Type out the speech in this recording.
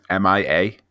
MIA